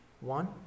one